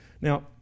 Now